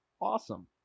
Awesome